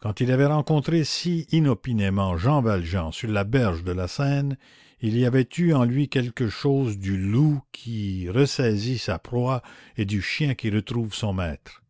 quand il avait rencontré si inopinément jean valjean sur la berge de la seine il y avait eu en lui quelque chose du loup qui ressaisit sa proie et du chien qui retrouve son maître